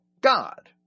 God